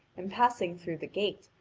and passing through the gate,